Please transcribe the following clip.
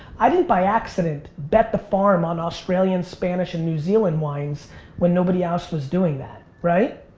i didn't by accident bet the farm on australian, spanish and new zealand wines when nobody else was doing that, right?